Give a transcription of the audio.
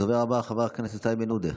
הדובר הבא, חבר הכנסת איימן עודה.